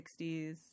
60s